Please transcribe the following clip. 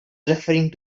referring